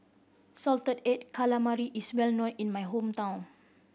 salted egg calamari is well known in my hometown